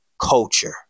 culture